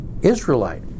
Israelite